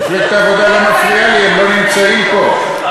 מפלגת העבודה לא מפריעה לי, הם לא נמצאים פה.